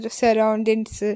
surroundings